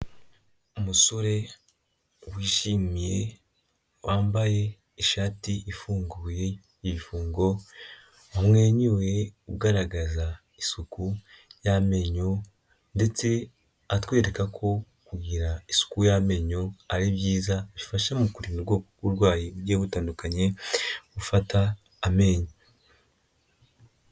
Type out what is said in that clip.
Umusore wishimye wambaye ishati ifunguye ibifungo, wamwenyuye ugaragaza isuku y'amenyo ndetse atwereka ko kugira isuku y'amenyo ari byiza bifasha mu kurinda ubwo bw'uburwayi bugiye butandukanye bufata amenyo.